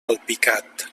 alpicat